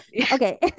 Okay